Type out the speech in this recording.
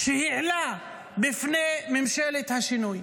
שהעלה בפני ממשלת השינוי,